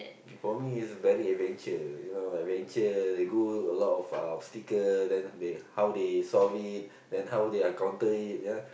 for me is very adventure you know adventure they go a lot of uh obstacle then they how they solve it and how they encounter it ya